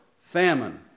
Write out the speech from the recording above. famine